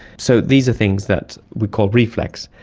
so these are things that we call reflex.